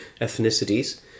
ethnicities